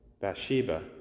bathsheba